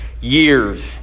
years